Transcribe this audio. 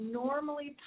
normally